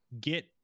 get